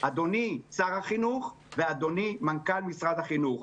אדוני שר החינוך ואדוני מנכ"ל משרד החינוך,